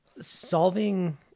solving